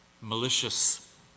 malicious